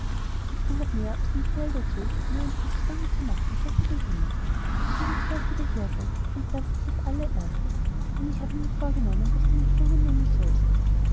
es gehört mehr als ein gebell dazu um dem fuchs bange zu machen sagte der junge er wird gleich wieder hier sein und das ist das allerbeste denn ich habe mir vorgenommen daß du ihn gefangen nehmen sollst